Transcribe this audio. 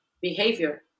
behavior